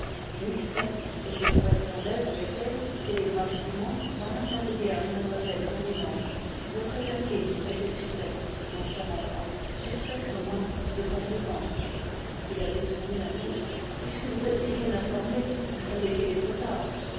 oui certes et je correspondais avec elle télégraphiquement par l'intermédiaire de mlle courdimanche votre jacquine était suspecte mon cher enfant suspecte au moins de complaisance il a détourné la tête puisque vous êtes si bien informé vous savez qu'il est trop tard